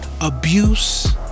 abuse